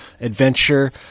adventure